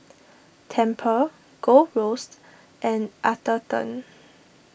Tempur Gold Roast and Atherton